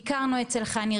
ביקרנו אצל חני,